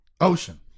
Ocean